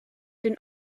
den